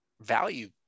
value